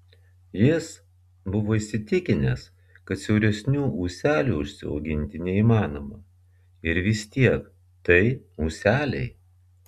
jis buvo įsitikinęs kad siauresnių ūselių užsiauginti neįmanoma ir vis tiek tai ūseliai